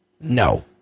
no